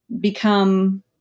become